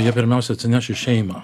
jie pirmiausia atsineš į šeimą